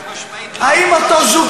במקום שהאוצר